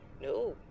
No